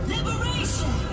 Liberation